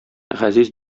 газиз